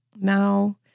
now